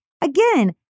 Again